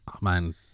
man